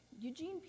Eugene